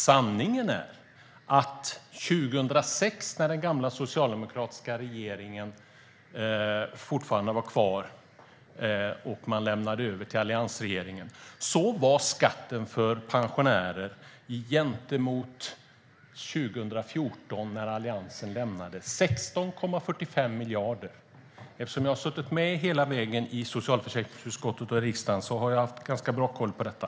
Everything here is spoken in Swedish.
Sanningen är att 2006, när den gamla socialdemokratiska regeringen lämnade över till alliansregeringen, var skatten för pensionärer 16,45 miljarder högre än när Alliansen lämnade 2014. Eftersom jag har suttit med hela vägen i socialförsäkringsutskottet och i riksdagen har jag ganska bra koll på detta.